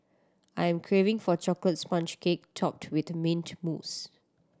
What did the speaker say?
I am craving for a chocolate sponge cake topped with mint mousse